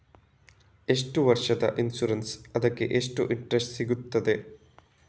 ಎಷ್ಟು ವರ್ಷದ ಇನ್ಸೂರೆನ್ಸ್ ಅದಕ್ಕೆ ಎಷ್ಟು ಇಂಟ್ರೆಸ್ಟ್ ಸಿಗುತ್ತದೆ?